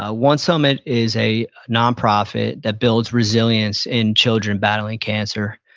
ah one summit is a nonprofit that builds resilience in children battling cancer.